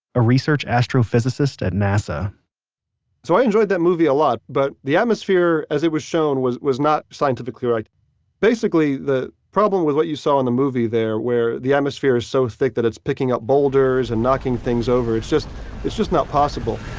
a research astrophysicist at nasa so i enjoyed that movie a lot, but the atmosphere as it was shown was was not scientifically right basically, the problem with what you saw in the movie there where the atmosphere is so thick that it's picking up boulders and knocking things over. it's just it's just not possible. i